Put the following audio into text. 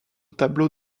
tableau